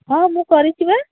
ହଁ ମୁଁ କରିଛି ପା